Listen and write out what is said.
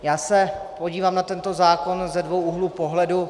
Já se podívám na tento zákon ze dvou úhlů pohledu.